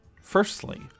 Firstly